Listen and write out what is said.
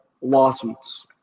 lawsuits